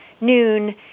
noon